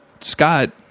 Scott